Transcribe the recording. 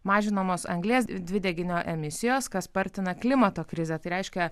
mažinamos anglies dvideginio emisijos kas spartina klimato krizę tai reiškia